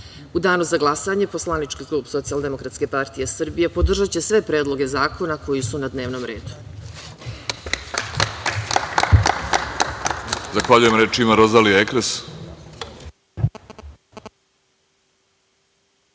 danu za glasanje poslanički klub Socijaldemokratske partije Srbije podržaće sve predloge zakona koji su na dnevnom redu.